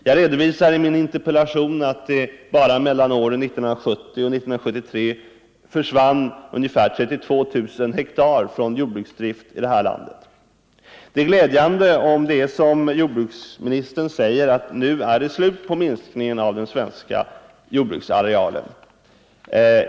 Jag redovisar sålunda i min interpellation att bara under tiden 1970-1973 försvann ungefär 32 000 ha åkermark från jordbruksdrift här i landet. Det är glädjande om det förhåller sig såsom jordbruksministern säger, att nu är det slut på minskningen av den svenska jordbruksarealen.